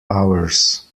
ours